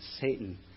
Satan